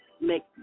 Make